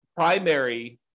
primary